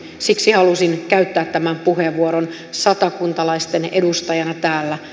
siksi halusin käyttää tämän puheenvuoron satakuntalaisten edustajana täällä